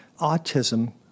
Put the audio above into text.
autism